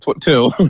two